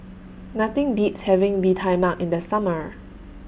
Nothing Beats having Bee Tai Mak in The Summer